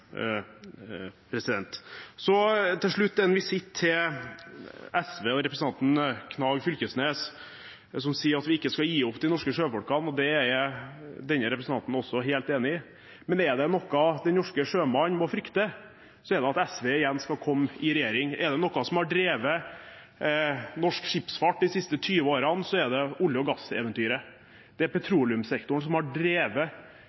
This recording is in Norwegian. Så til slutt en visitt til SV og representanten Knag Fylkesnes, som sier at vi ikke skal gi opp de norske sjøfolkene, og det er denne representanten også helt enig i. Men er det noe den norske sjømann må frykte, er det at SV igjen skal komme i regjering. Er det noe som har drevet norsk skipsfart de siste 20 årene, er det olje- og gasseventyret. Det er petroleumssektoren som har drevet